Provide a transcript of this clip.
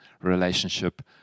relationship